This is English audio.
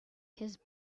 his